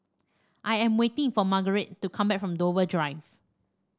I am waiting for Margarite to come back from Dover Drive